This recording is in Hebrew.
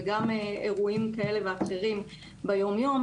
וגם אירועים כאלה ואחרים ביום יום,